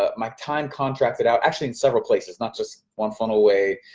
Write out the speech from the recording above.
ah my time contracted out actually in several places, not just one funnel away,